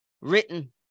Written